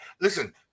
Listen